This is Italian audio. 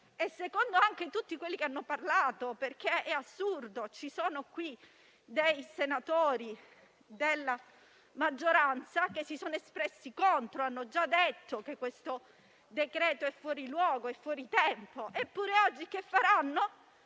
e secondo anche tutti quelli che hanno parlato. È assurdo: ci sono dei senatori della maggioranza che si sono espressi contro, hanno già detto che il decreto-legge è fuori luogo e fuori tempo. Eppure, oggi che faranno?